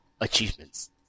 achievements